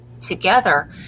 together